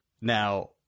Now